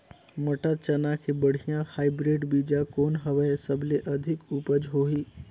मटर, चना के बढ़िया हाईब्रिड बीजा कौन हवय? सबले अधिक उपज होही?